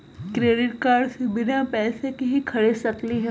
Credit card से बिना पैसे के ही खरीद सकली ह?